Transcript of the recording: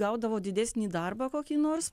gaudavo didesnį darbą kokį nors